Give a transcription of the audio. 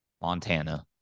Montana